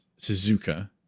Suzuka